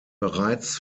bereits